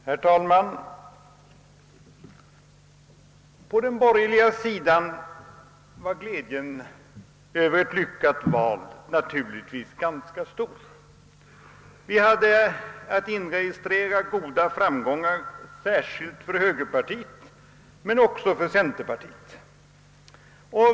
Herr talman! På den borgerliga sidan var glädjen över ett lyckat val naturligtvis ganska stor. Vi hade att inregistrera goda framgångar, särskilt för högerpartiet men också för centerpartiet.